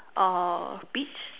uh beach